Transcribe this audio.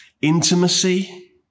Intimacy